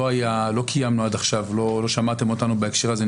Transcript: לא קיימנו עד עכשיו, לא שמעתם אותנו בהקשר הזה.